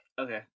Okay